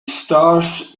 stars